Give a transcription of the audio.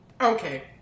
Okay